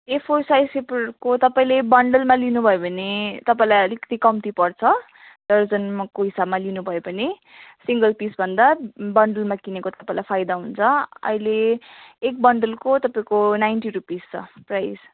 ए four size पेपरको तपाईँले बन्डलमा लिनुभयो भने तपाईँलाई अलिकति कम्ती पर्छ दर्जनको हिसाबमा लिनुभयो भने सिङ्गल पिसभन्दा बन्डलमा किनेको तपाईँलाई फायदा हुन्छ अहिले एक बन्डलको तपाईँको नाइन्टी रुपिस छ प्राइस